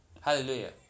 Hallelujah